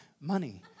money